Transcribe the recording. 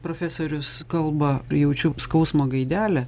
profesorius kalba prijaučiu skausmo gaidelę